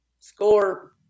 score